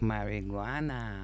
Marijuana